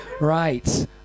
right